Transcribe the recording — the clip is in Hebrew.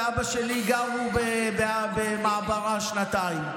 ואבא שלי גרו במעברה שנתיים,